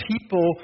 people